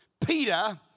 Peter